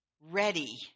ready